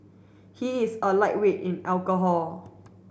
he is a lightweight in alcohol